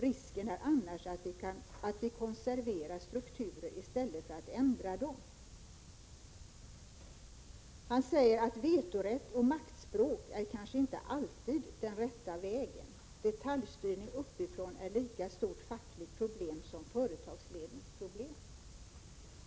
Riskerna är annars att vi konserverar strukturer i stället för att ändra dem. Han säger att vetorätt och maktspråk kanske inte alltid är den rätta vägen. Detaljstyrning uppifrån är ett lika stort fackligt problem som företagsledningsproblem.